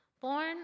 Born